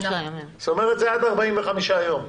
זאת אומרת, זה עד 45 יום.